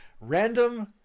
random